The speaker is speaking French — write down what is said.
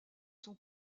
sont